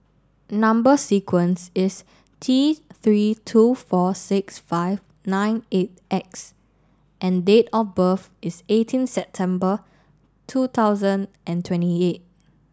number sequence is T three two four six five nine eight X and date of birth is eighteen September two thousand and twenty eight